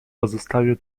pozostawił